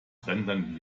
rendern